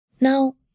Now